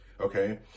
Okay